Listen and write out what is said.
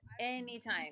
anytime